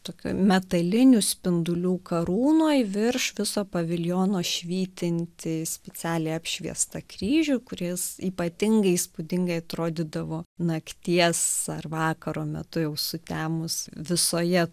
tokioj metalinių spindulių karūnoje virš viso paviljono švytintį specialiai apšviestą kryžių kuris ypatingai įspūdingai atrodydavo nakties ar vakaro metu jau sutemus visoje